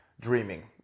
dreaming